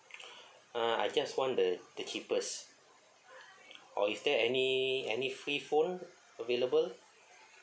uh I just want the the cheapest or is there any any free phone available